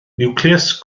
niwclews